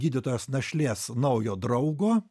gydytojas našlės naujo draugo